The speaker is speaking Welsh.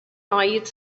oed